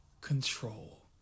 control